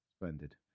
Splendid